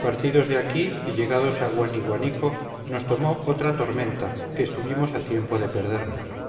partidos de aquí y llegados a guaniguanico nos tomó otra tormenta que estuvimos a tiempo de perdernos